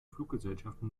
fluggesellschaften